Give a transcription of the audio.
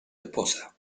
esposa